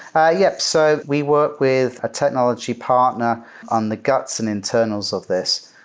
ah yup. so we work with a technology partner on the guts and internals of this,